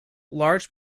large